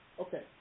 okay